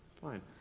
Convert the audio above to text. fine